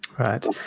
Right